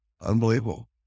unbelievable